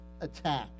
attack